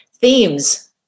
Themes